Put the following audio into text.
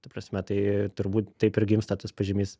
ta prasme tai turbūt taip ir gimsta tas pažymys